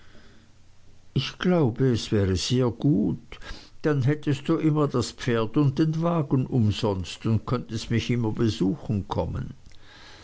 ich glaube es wäre sehr gut dann hättest du immer das pferd und den wagen umsonst und könntest mich immer besuchen kommen